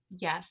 Yes